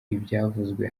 ibyavuzwe